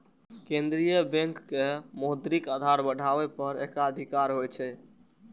केंद्रीय बैंक के मौद्रिक आधार बढ़ाबै पर एकाधिकार होइ छै